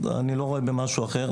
אני לא רואה משהו אחר.